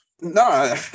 No